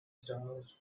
styles